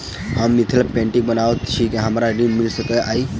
हम मिथिला पेंटिग बनाबैत छी की हमरा ऋण मिल सकैत अई?